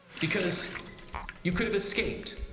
because you could have escaped.